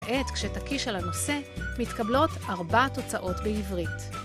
כעת כשתקיש על הנושא מתקבלות ארבעה תוצאות בעברית.